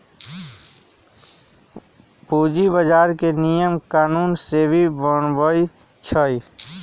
पूंजी बजार के नियम कानून सेबी बनबई छई